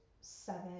seven